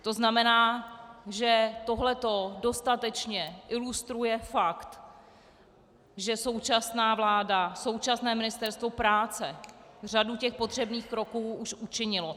To znamená, že tohle dostatečně ilustruje fakt, že současná vláda, současné Ministerstvo práce řadu potřebných kroků už učinilo.